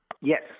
Yes